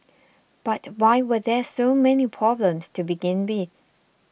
but why were there so many problems to begin with